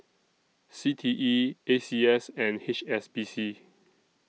C T E A C S and H S B C